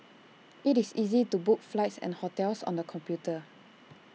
IT is easy to book flights and hotels on the computer